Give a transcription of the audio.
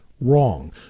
wrong